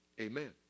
Amen